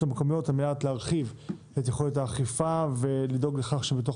המקומיות על מנת להרחיב את יכולת האכיפה ולדאוג לכך שבתוך